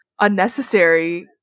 unnecessary